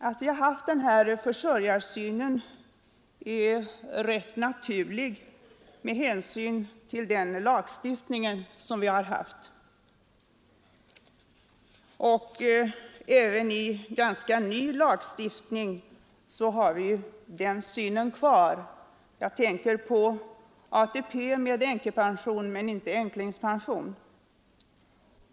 Att vi har en sådan försörjarsyn är rätt naturligt med hänsyn till den lagstiftning som vi haft, och synen är alltjämt kvar även med en ganska ny lagstiftning — jag tänker här på ATP med dess änkepension men inte änklingspension.